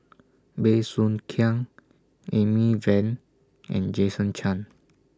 Bey Soo Khiang Amy Van and Jason Chan